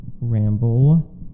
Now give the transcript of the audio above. ramble